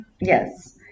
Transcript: yes